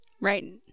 right